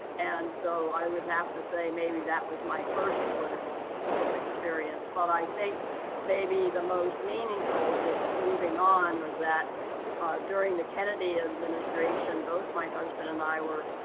and so, i would have to say, maybe, that was my first political experience. but i think maybe the most meaningful, just moving on, was that during the kennedy administration, both my husband and i were,